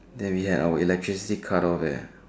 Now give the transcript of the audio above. then we had our electricity cut off eh